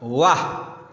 वाह